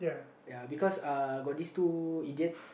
ya because uh got this two idiots